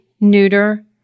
neuter